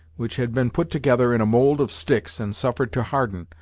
which had been put together in a mould of sticks, and suffered to harden,